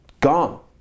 Gone